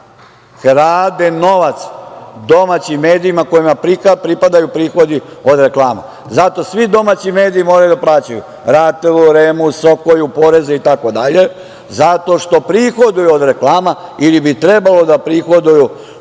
krade novac domaćim medijima kojima pripadaju prihodi od reklama. Zato svi domaći mediji moraju da plaćaju RATEL-u, REM-u, SOKOJ-u poreze, itd, zato što prihoduju od reklama ili bi trebalo da prihoduju